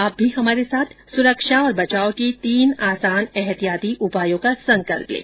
आप भी हमारे साथ सुरक्षा और बचाव के तीन आसान एहतियाती उपायों का संकल्प लें